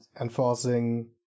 enforcing